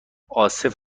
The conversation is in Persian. عاصف